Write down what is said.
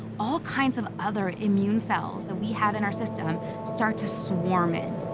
all kinds of other immune cells that we have in our system start to swarm in.